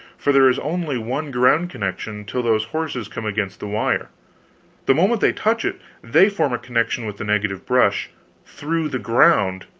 for there is only one ground-connection till those horses come against the wire the moment they touch it they form a connection with the negative brush through the ground,